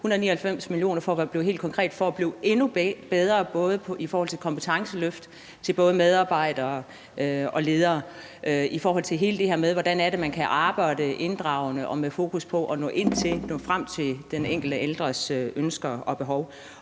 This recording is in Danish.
199 mio. kr., skal sørge for bliver endnu bedre, og det gælder i forhold til kompetenceløft til både medarbejdere og ledere, hvad angår alt det her med, hvordan man inddragende kan arbejde med det og have fokus på at nå ind til og nå frem til den enkelte ældres ønsker og behov.